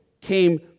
came